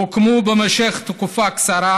הוקמו במשך תקופה קצרה,